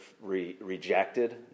rejected